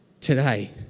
Today